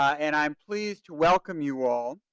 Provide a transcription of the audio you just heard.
and i'm pleased to welcome you all.